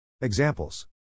Examples